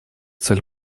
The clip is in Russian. цель